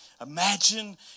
Imagine